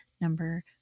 number